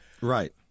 Right